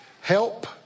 Help